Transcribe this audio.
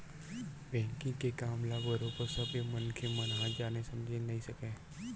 banking के काम ल बरोबर सब्बे मनखे मन ह जाने समझे नइ सकय